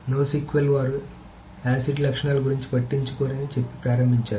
కాబట్టి NoSQL వారు ACID లక్షణాల గురించి పట్టించుకోరని చెప్పి ప్రారంభించారు